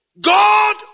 God